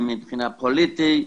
הן מבחינה פוליטית.